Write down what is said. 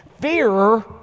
Fear